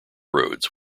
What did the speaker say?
roads